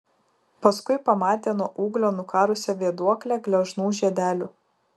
paskui pamatė nuo ūglio nukarusią vėduoklę gležnų žiedelių